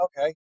Okay